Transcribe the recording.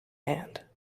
hand